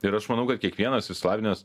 ir aš manau kad kiekvienas išsilavinęs